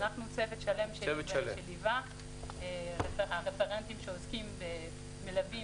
אנחנו צוות שלם שליווה: הרפרנטים שמלווים